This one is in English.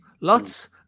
Lots